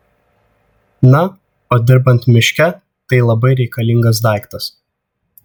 na o dirbant miške tai labai reikalingas daiktas